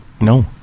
No